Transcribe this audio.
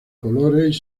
colores